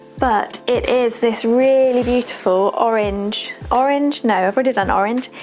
but it is this really beautiful orange, orange, no, i've already done orange,